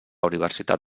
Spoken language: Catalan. universitat